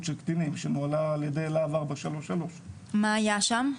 של קטינים שנוהלה על ידי לה"ב 433. מה היה שם?